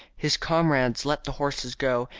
his comrades let the horses go,